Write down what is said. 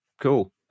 cool